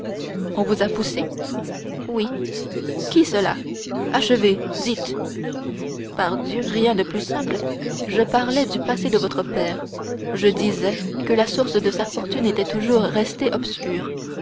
on vous a poussé oui qui cela achevez dites pardieu rien de plus simple je parlais du passé de votre père je disais que la source de sa fortune était toujours restée obscure